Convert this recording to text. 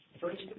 first